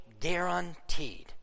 guaranteed